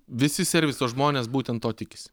visi serviso žmonės būtent to tikisi